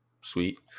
sweet